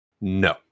No